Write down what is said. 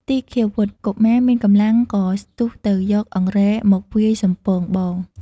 ទីឃាវុត្ត កុមារ មានកម្លាំងក៏ស្ទុះទៅយកអង្រែមកវាយសំពងបង។